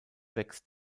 wächst